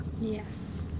yes